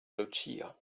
lucia